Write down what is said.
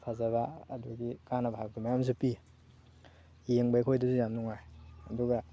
ꯐꯖꯕ ꯑꯗꯨꯗꯒꯤ ꯀꯥꯟꯅꯕ ꯍꯥꯏꯕꯗꯨ ꯃꯌꯥꯝꯁꯨ ꯄꯤ ꯌꯦꯡꯕ ꯑꯩꯈꯣꯏꯗꯁꯨ ꯌꯥꯝ ꯅꯨꯡꯉꯥꯏ ꯑꯗꯨꯒ